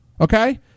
Okay